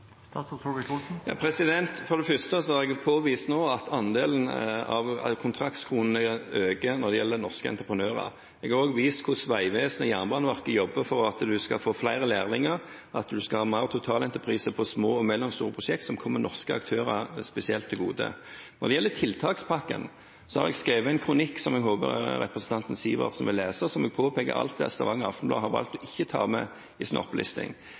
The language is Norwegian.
For det første har jeg påvist nå at andelen av kontraktskronene øker når det gjelder norske entreprenører. Jeg har også vist hvordan Vegvesenet og Jernbaneverket jobber for at man skal få flere lærlinger, og for at man skal ha mer totalentreprise på små og mellomstore prosjekter, som kommer norske aktører spesielt til gode. Når det gjelder tiltakspakken, har jeg skrevet en kronikk som jeg håper representanten Sivertsen vil lese, der jeg påpeker alt det Stavanger Aftenblad har valgt ikke å ta med i sin opplisting.